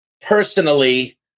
Personally